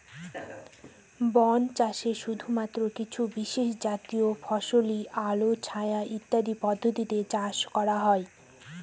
বন চাষে শুধুমাত্র কিছু বিশেষজাতীয় ফসলই আলো ছায়া ইত্যাদি পদ্ধতিতে চাষ করা হয়